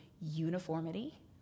uniformity